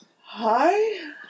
Hi